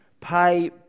Pay